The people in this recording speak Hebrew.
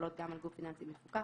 החלות גם על גוף פיננסי מפוקח,